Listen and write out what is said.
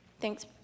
Thanks